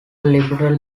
liberal